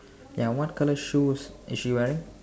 ya what colour shoes is she wearing